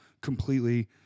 completely